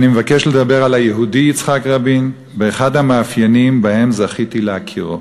אני מבקש לדבר על היהודי יצחק רבין באחד המאפיינים שבהם זכיתי להכירו.